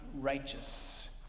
righteous